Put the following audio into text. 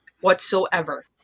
whatsoever